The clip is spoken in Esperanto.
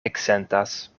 eksentas